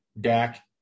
Dak